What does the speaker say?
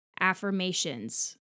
affirmations